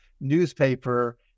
newspaper